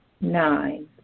Nine